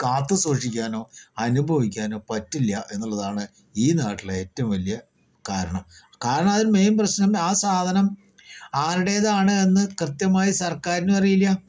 അത് കാത്തു സൂക്ഷിക്കാനോ അനുഭവിക്കാനൊ പറ്റില്ല എന്നുള്ളതാണ് ഈ നാട്ടിലെ ഏറ്റവും വലിയ കാരണം കാരണമതിന് മെയിൻ പ്രശ്നം ആ സാധനം ആരുടേതാണ് എന്ന് കൃത്യമായി സർക്കാരിനുമറിയില്ല